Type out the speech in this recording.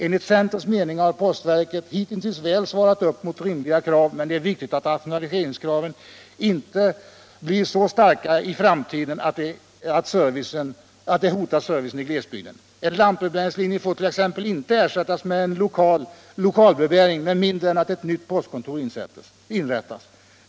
Enligt centerns förslag har postverket hitintills väl svarat mot rimliga krav, men det är viktigt att rationaliseringskraven inte blir så starka i framtiden att de hotar servicen i glesbygden. En lantbrevbäringslinje får t.ex. inte ersättas med en lokal brevbäring med mindre än att eu nytt postkontor inrättas.